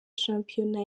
shampiyona